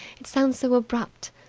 it sounds so abrupt!